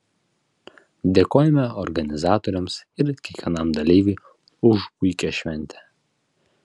dėkojame organizatoriams ir kiekvienam dalyviui už puikią šventę